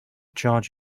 charge